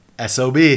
SOB